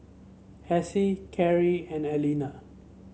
Hassie Kari and Aleena